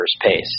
pace